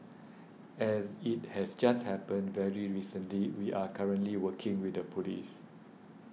as it has just happened very recently we are currently working with the police